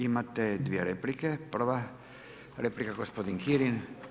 Imate dvije replika, prva replika gospodin Kirin.